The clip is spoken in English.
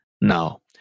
now